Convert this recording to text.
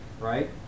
right